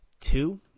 Two